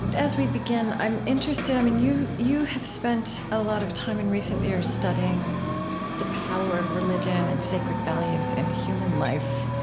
as we begin, i'm interested i mean, you you have spent a lot of time in recent years studying the power of religion and sacred values in human life,